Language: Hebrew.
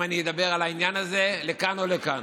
אם אני אדבר על העניין הזה לכאן או לכאן,